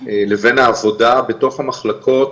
לבין העבודה בתוך המחלקות